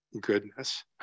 goodness